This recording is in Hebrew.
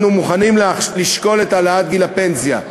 אנחנו מוכנים לשקול את העלאת גיל הפנסיה,